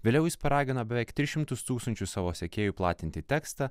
vėliau jis paragina beveik tris šimtus tūkstančių savo sekėjų platinti tekstą